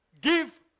Give